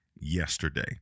yesterday